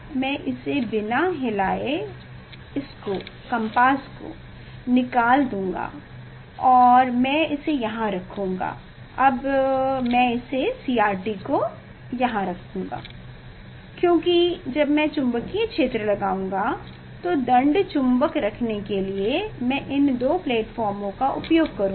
मैं इसे बिना हिलाए इसको कम्पास को निकाल दूंगा और मैं इसे यहां रखूंगा अब मैं इसे सीआरटी को यहां रखूंगा क्योकि जब मैं चुंबकीय क्षेत्र लगाऊँगा तो दंड चुंबक रखने के लिए मैं इन दो प्लेटफार्मों का उपयोग करूंगा